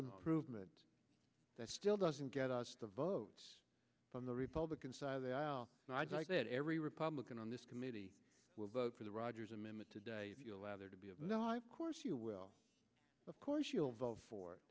improvement that still doesn't get us to vote on the republican side of the aisle that every republican on this committee will vote for the rogers amendment today if you allow there to be of course you will of course you'll vote for